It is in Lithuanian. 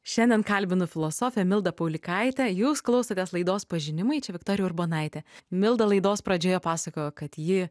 šiandien kalbinu filosofę mildą paulikaitę jūs klausotės laidos pažinimai čia viktorija urbonaitė milda laidos pradžioje pasakojo kad ji